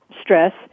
stress